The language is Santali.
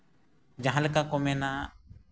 ᱡᱟᱦᱟᱸ ᱞᱮᱠᱟ ᱠᱚ ᱢᱮᱱᱟ